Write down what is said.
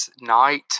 night